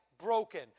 broken